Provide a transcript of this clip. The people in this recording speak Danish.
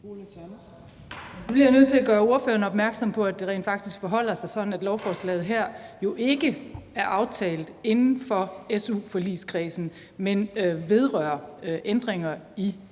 Nu bliver jeg nødt til at gøre ordføreren opmærksom på, at det rent faktisk forholder sig sådan, at lovforslaget her jo ikke er aftalt inden for su-forligskredsen, men vedrører ændringer i